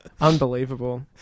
Unbelievable